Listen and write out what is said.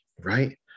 right